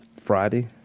Friday